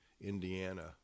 Indiana